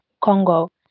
Congo